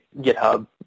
GitHub